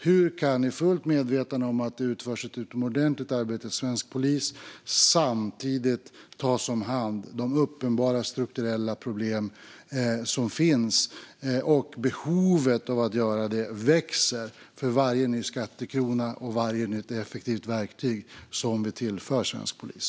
Hur kan vi i fullt medvetande om att det utförs ett utomordentligt arbete i svensk polis samtidigt ta hand om de uppenbara strukturella problem som finns? Behovet av att göra detta växer för varje ny skattekrona och varje nytt effektivt verktyg som vi tillför svensk polis.